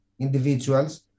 individuals